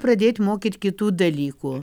pradėt mokyt kitų dalykų